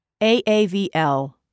AAVL